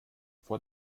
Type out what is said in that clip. vor